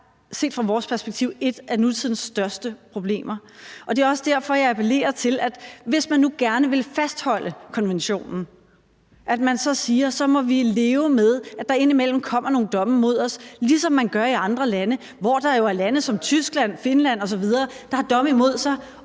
set fra vores perspektiv et af nutidens største problemer. Det er også derfor, jeg appellerer til, at man, hvis man nu gerne vil fastholde konventionen, så siger, at så må vi leve med, at der indimellem kommer nogle domme mod os, ligesom man gør i andre lande. Der er jo lande som Tyskland, Finland osv., som har domme imod sig,